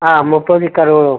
ആ മൊത്തവും തീർക്കലാണൊ